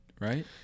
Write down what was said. right